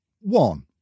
One